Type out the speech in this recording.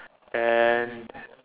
and